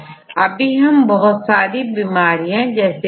हमें मालूम है कि आजकल हम बहुत सारी बीमारियों से प्रभावित है